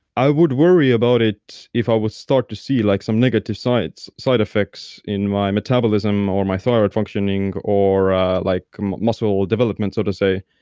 i would worry about it if i would start to see like some negative side effects in my metabolism or my thyroid functioning or ah like muscle development, so to say.